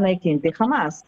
naikinti hamas